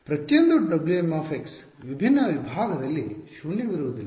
ಪ್ರತಿಯೊಂದು Wm ವಿಭಿನ್ನ ವಿಭಾಗದಲ್ಲಿ ಶೂನ್ಯವಿರುವುದಿಲ್ಲ